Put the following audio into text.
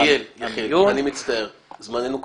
יחיאל, אני מצטער, זמננו קצר.